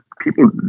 people